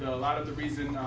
a lot of the reason,